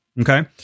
Okay